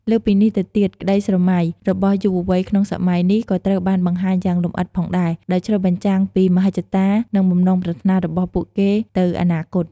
លើសពីនេះទៅទៀត ក្ដីស្រមៃ របស់យុវវ័យក្នុងសម័យនោះ ក៏ត្រូវបានបង្ហាញយ៉ាងលម្អិតផងដែរ ដោយឆ្លុះបញ្ចាំងពីមហិច្ឆតា និងបំណងប្រាថ្នារបស់ពួកគេទៅអនាគត។